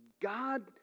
God